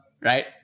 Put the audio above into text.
right